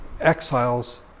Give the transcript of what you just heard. exiles